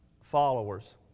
followers